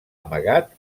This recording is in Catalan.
amagat